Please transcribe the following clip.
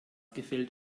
gefällt